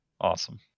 Awesome